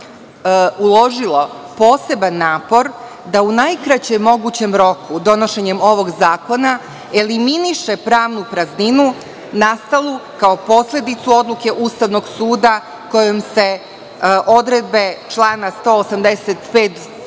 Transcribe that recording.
uložilo poseban napor da u najkraćem mogućem roku donošenje ovog zakona eliminiše pravnu prazninu nastalu kao posledicu odluke Ustavnog suda kojom se odredbe člana 185.